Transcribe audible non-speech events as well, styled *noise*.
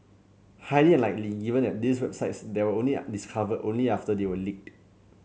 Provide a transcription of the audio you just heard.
highly unlikely given that these websites were only *unintelligible* discovered only after they were leaked